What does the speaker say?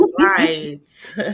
right